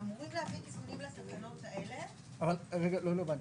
אז אמורים להביא תיקונים לתקנות האלה --- לא הבנתי,